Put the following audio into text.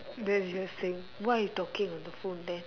then she just saying why you talking on the phone then